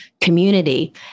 community